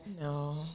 No